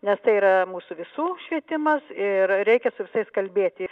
nes tai yra mūsų visų švietimas ir reikia su visais kalbėti